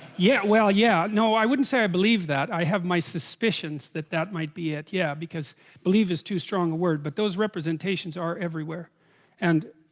yeah, well yeah, no? i wouldn't say i believe that have my suspicions that that might be it yeah because believe is too strong a word but those representations are everywhere and